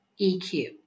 EQ